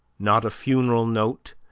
not a funeral note,